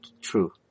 true